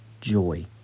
joy